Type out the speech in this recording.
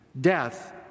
Death